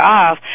off